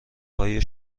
های